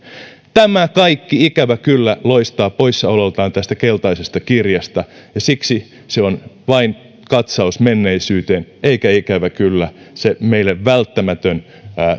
tämä kaikki ikävä kyllä loistaa poissaolollaan tästä keltaisesta kirjasta ja siksi se on vain katsaus menneisyyteen eikä ikävä kyllä se meille välttämätön